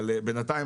עד שהמצגת תסתדר,